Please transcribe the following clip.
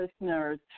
listeners